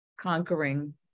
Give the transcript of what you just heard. conquering